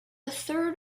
third